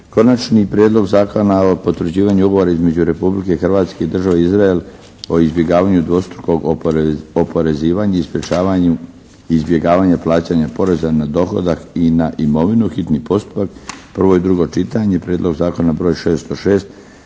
Konačni prijedlog zakona o potvrđivanju Ugovora između Republike Hrvatske i države Izrael o izbjegavanju dvostrukog oporezivanja i sprječavanju izbjegavanja plaćanja poreza na dohodak i na imovinu, hitni postupak, prvo i drugo čitanje, P.Z. br. 606